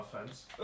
offense